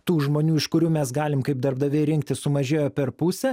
tų žmonių iš kurių mes galim kaip darbdaviai rinktis sumažėjo per pusę